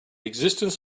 existence